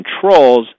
controls